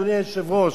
אדוני היושב-ראש.